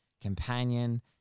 Companion